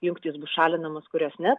jungtys bus šalinamos kurios ne